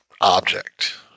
object